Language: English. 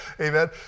Amen